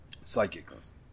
psychics